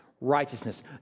righteousness